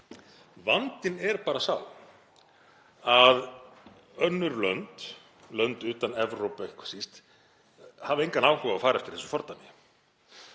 Vandinn er bara sá að önnur lönd, lönd utan Evrópu ekki hvað síst, hafa engan áhuga á að fara eftir þessu fordæmi